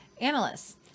analysts